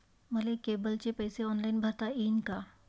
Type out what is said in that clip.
मले केबलचे पैसे ऑनलाईन भरता येईन का?